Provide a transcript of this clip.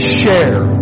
share